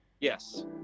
yes